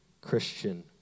Christian